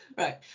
Right